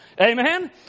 Amen